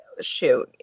shoot